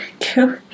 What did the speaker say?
Cool